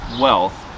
wealth